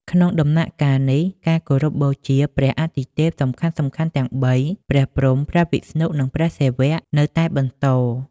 ក្នុងដំណាក់កាលនេះ ការគោរពបូជាព្រះអាទិទេពសំខាន់ៗទាំងបី ព្រះព្រហ្ម ព្រះវិស្ណុ និងព្រះសិវៈ នៅតែបន្ត។